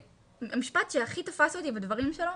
והמשפט שהכי תפס אותי בדברים שלו,